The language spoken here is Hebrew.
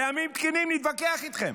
בימים תקינים נתווכח איתכם.